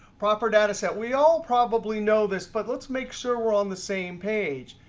proper data set, we all probably know this. but let's make sure we're on the same page.